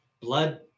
blood